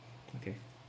okay